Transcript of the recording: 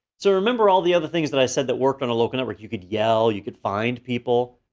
so remember all the other things that i said that worked on a local network? you could yell, you could find people.